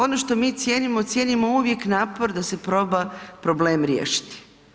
Ono što mi cijenimo, cijenimo uvijek napor da se proba problem riješiti.